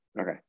Okay